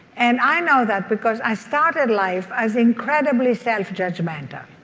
and i know that because i started life as incredibly self-judgmental and